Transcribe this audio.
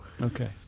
Okay